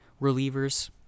relievers